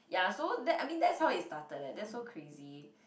ya so that I mean that's how it started eh that's so crazy